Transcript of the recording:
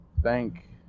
thank